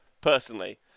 personally